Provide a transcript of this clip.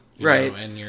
Right